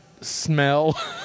smell